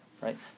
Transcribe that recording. Right